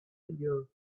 year